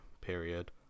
period